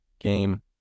game